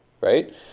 right